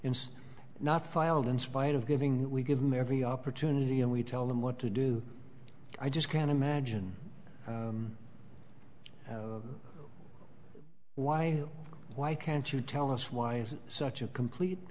not filed in spite of giving we give them every opportunity and we tell them what to do i just can't imagine why you know why can't you tell us why it's such a complete